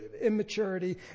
immaturity